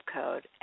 code